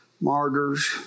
martyrs